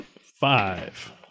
Five